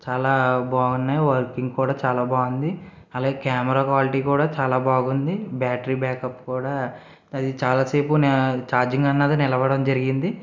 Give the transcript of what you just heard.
చాలా బాగున్నాయి వర్కింగ్ కూడా చాలా బాగుంది అలాగే కెమెరా క్వాలిటీ కూడా చాలా బాగుంది బ్యాటరీ బ్యాకప్ కూడా అది చాలా సేపు ఛార్జింగ్ అన్నది నిలవడం జరిగింది